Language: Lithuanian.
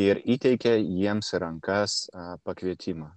ir įteikia jiems į rankas a pakvietimą